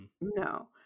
No